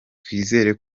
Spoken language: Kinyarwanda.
twizera